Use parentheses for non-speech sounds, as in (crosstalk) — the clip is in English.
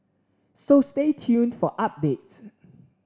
so stay tuned for updates (noise)